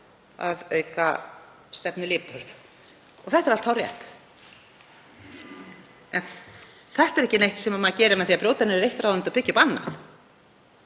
að auka stefnulipurð. Þetta er allt hárrétt. En þetta er ekki neitt sem maður gerir með því að brjóta niður eitt ráðuneyti og byggja upp annað.